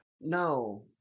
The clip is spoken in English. No